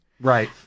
Right